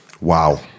Wow